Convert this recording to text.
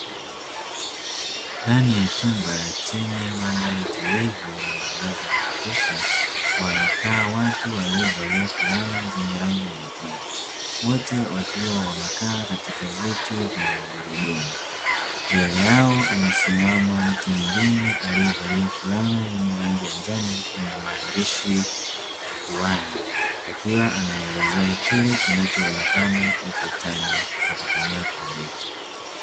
Ndani ya chumba chenye mandhari tulivu na mwangaza wa kutosha, wamekaa watu waliovalia fulana zenye rangi nyekundu, wote wakiwa wamekaa katika viti vya magurudumu. Mbele yao amesimama mtu mwingine aliyevalia fulana yenye rangi ya njano lenye maandishi kifuani, akiwa anaelezea kile kinachoonekana ukutani kwa kutumia projekta.